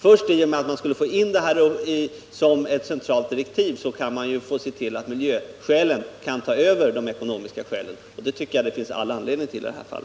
Först i och med att man kan få in detta krav som ett centralt direktiv kan man se till att miljöskälen får större vikt än de ekonomiska, och det finns all anledning till det i detta fall.